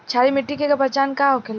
क्षारीय मिट्टी के का पहचान होखेला?